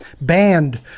banned